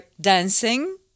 dancing